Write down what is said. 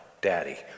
Daddy